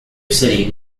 city